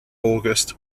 august